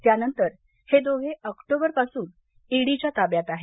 त्यानंतर हे दोघे ऑक्टोबरपासून ईडीच्या ताब्यात आहेत